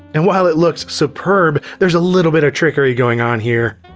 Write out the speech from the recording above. and while it looks superb, there's a little bit of trickery going on here.